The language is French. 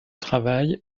travail